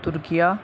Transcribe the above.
Türkiye